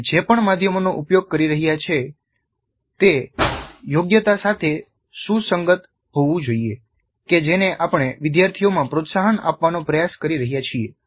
આપણે જે પણ માધ્યમોનો ઉપયોગ કરી રહ્યા છીએ તે તે યોગ્યતા સાથે સુસંગત હોવું જોઈએ કે જેને આપણે વિદ્યાર્થીઓમાં પ્રોત્સાહન આપવાનો પ્રયાસ કરી રહ્યા છીએ